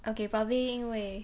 okay probably 因为